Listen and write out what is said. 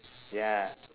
ya